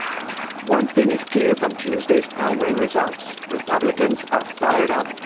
one thing is clear from tuesday's primary results, republicans are fired up,